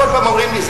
כל פעם אומרים לי,